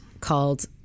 called